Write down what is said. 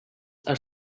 are